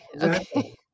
Okay